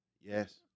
Yes